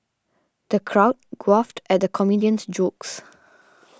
the crowd guffawed at the comedian's jokes